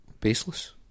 baseless